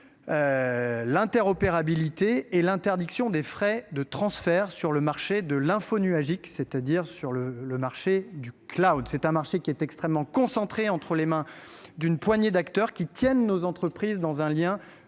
d’interopérabilité et d’interdire les frais de transfert sur le marché de l’infonuagique, c’est à dire du. Ce marché est en effet extrêmement concentré entre les mains d’une poignée d’acteurs, qui tiennent nos entreprises dans une